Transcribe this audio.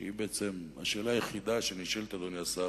שהיא בעצם השאלה היחידה שנשאלת, אדוני השר,